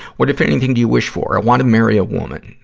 what, if anything, do you wish for? i wanna marry a woman.